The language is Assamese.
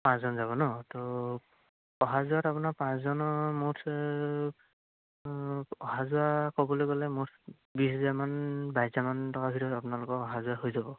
পাঁচজন যাব নহ্ ত' অহা যোৱাত আপোনাৰ পাঁচজনৰ মুঠ অহা যোৱা ক'বলৈ গ'লে মোৰ বিছ হেজাৰমান বাইছ হাজাৰমান টকাৰ ভিতৰত আপোনালোকৰ অহা যোৱা হৈ যাব